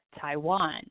Taiwan